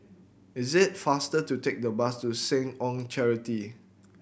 is it faster to take the bus to Seh Ong Charity